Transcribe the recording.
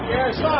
Yes